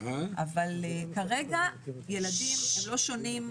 אבל כרגע ילדים לא שונים.